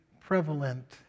prevalent